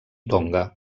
tonga